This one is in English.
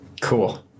Cool